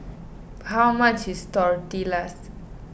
how much is Tortillas